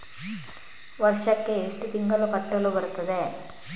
ವರ್ಷಕ್ಕೆ ಎಷ್ಟು ತಿಂಗಳು ಕಟ್ಟಲು ಬರುತ್ತದೆ?